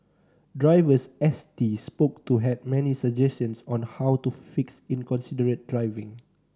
drivers S T spoke to had many suggestions on how to fix inconsiderate driving